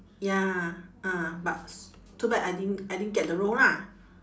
ya ah but too bad I didn't I didn't get the role lah